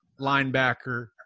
linebacker